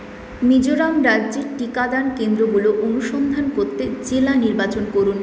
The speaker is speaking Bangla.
মিজোরাম রাজ্যে টিকাদান কেন্দ্রগুলো অনুসন্ধান করতে জেলা নির্বাচন করুন